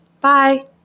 Bye